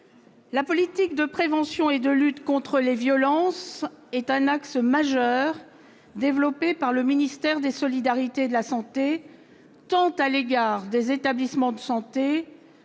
La politique de prévention et de lutte contre les violences est un axe majeur développé par le ministère des solidarités et de la santé, tant à l'égard des établissements de santé